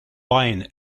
wine